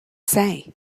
say